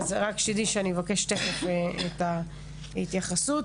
אז רק תדעי שאני אבקש תיכף את ההתייחסות שלך.